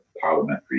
parliamentary